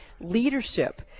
leadership